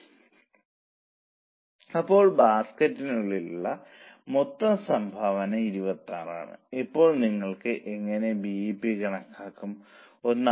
5 x എന്നത് മൊത്തം അധ്വാനവും വേരിയബിൾ ഓവർഹെഡുകളും ആണ് ആകെ 15